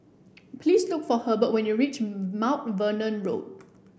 please look for Hebert when you reach Mount Vernon Road